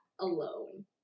alone